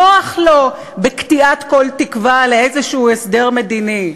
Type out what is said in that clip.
נוח לו בקטיעת כל תקווה לאיזשהו הסדר מדיני.